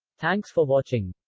thanks for watching.